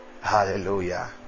hallelujah